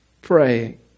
praying